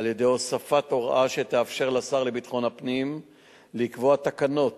על-ידי הוספת הוראה שתאפשר לשר לביטחון הפנים לקבוע תקנות